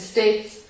States